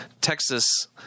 Texas